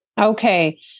Okay